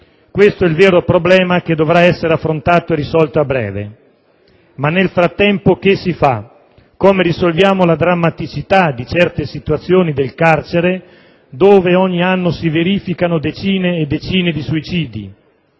Questo è il vero problema che dovrà essere affrontato e risolto a breve. Ma nel frattempo che si fa? Come risolviamo la drammaticità di certe situazioni del carcere, dove ogni anno si verificano decine e decine di suicidi?